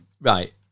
Right